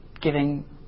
giving